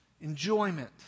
enjoyment